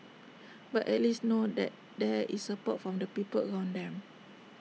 but at least know that there is support from the people around them